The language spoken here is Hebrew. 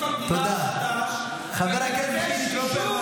המדינה החדש -- חבר הכנסת חילי טרופר,